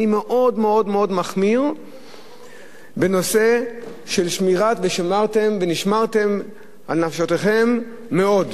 אני מאוד מאוד מאוד מחמיר בנושא של שמירת ונשמרתם לנפשותיכם מאוד.